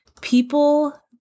people